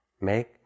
Make